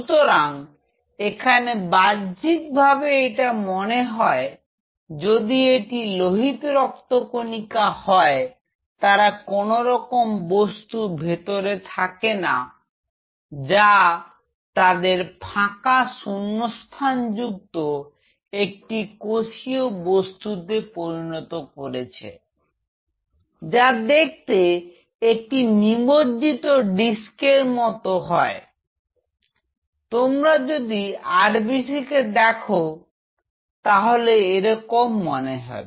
সুতরাং এখানে বাহ্যিকভাবে এটা মনে হয় যদি এটি লোহিত রক্ত কণিকা হয় তারা কোনরকম বস্তু ভেতরে থাকে না যা তাদের ফাঁকা শূন্যস্থান যুক্ত একটি কোষীয় বস্তুতে পরিণত করেছে যা দেখতে একটি নিমজ্জিত ডিস্ক এর মত তোমরা যদি আর বি সি কে দেখো তাহলে এরকম মনে হবে